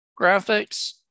graphics